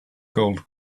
gold